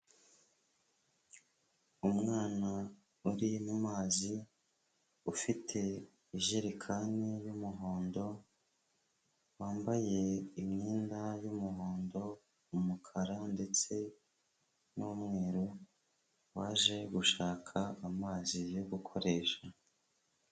Umwana uri mu mazi, ufite ijerekani y'umuhondo, wambaye imyenda y'umuhondo, umukara ndetse n'umweru, waje gushaka amazi yo gukoresha.